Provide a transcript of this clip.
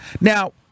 Now